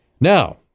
Now